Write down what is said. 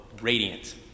radiant